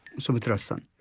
sumitra's son.